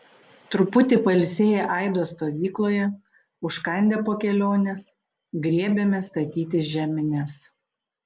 truputį pailsėję aido stovykloje užkandę po kelionės griebėmės statyti žemines